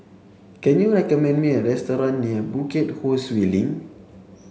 can you recommend me a restaurant near Bukit Ho Swee Link